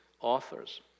authors